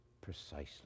precisely